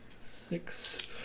Six